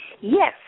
Yes